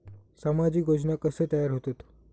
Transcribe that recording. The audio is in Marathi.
सामाजिक योजना कसे तयार होतत?